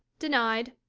denied,